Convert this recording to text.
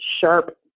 sharp